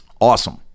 awesome